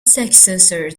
successor